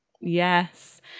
Yes